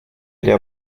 для